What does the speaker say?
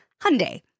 Hyundai